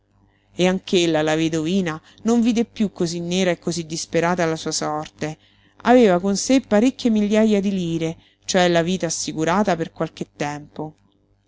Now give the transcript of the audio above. all'arrivo e anch'ella la vedovina non vide piú cosí nera e cosí disperata la sua sorte aveva con sé parecchie migliaja di lire cioè la vita assicurata per qualche tempo